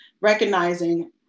recognizing